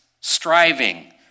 striving